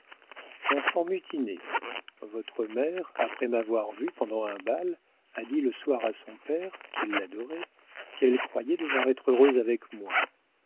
enfant mutiné votre mère après m'avoir vu pendant un bal a dit le soir à son père qui l'adorait qu'elle croyait devoir être heureuse avec moi